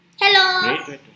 Hello